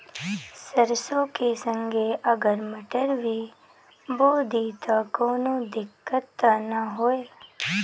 सरसो के संगे अगर मटर भी बो दी त कवनो दिक्कत त ना होय?